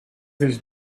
his